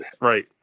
Right